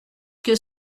que